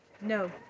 no